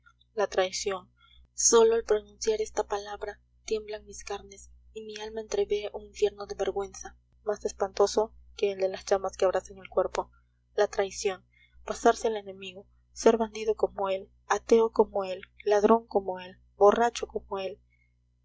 la traición sólo al pronunciar esta palabra tiemblan mis carnes y mi alma entrevé un infierno de vergüenza más espantoso que el de las llamas que abrasan el cuerpo la traición pasarse al enemigo ser bandido como él ateo como él ladrón como él borracho como él